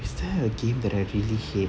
is there a game that I really hate